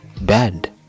bad